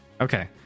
okay